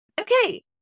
Okay